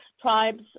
tribes